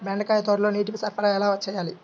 బెండకాయ తోటలో నీటి సరఫరా ఎలా చేయాలి?